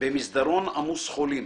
במסדרון עמוס חולים.